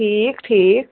ٹھیٖک ٹھیٖک